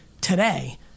today